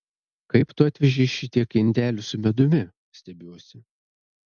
kaip tu atvežei šitiek indelių su medumi stebiuosi